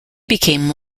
became